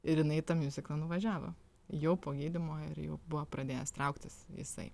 ir jinai į tą miuziklą nuvažiavo jau po gydymo ir jau buvo pradėjęs trauktis jisai